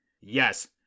Yes